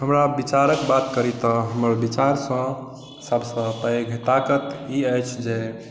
हमरा विचारक बात करी तऽ हमर विचारसँ सभसँ पैघ ताकत ई अछि जे